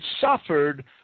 suffered